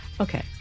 Okay